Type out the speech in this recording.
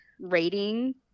rating